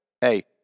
Hey